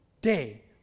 day